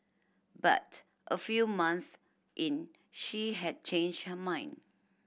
but a few months in she had changed her mind